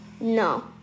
No